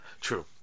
True